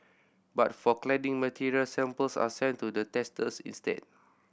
but for cladding materials samples are sent to the testers instead